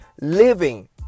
living